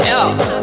else